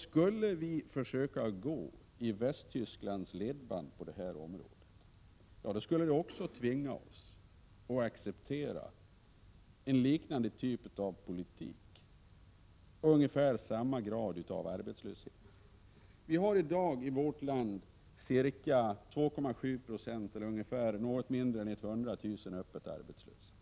Skulle vi försöka gå i Västtysklands ledband på det här området, skulle vi också tvingas att acceptera en liknande typ av politik och ungefär samma grad av arbetslöshet. I vårt land har vi i dag ca 2,7 90 eller något mindre än 100 000 öppet arbetslösa.